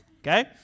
Okay